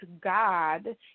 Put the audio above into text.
God